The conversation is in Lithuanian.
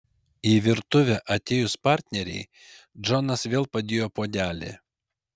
į virtuvę atėjus partnerei džonas vėl padėjo puodelį